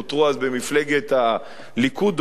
שנותרו אז במפלגת הליכוד.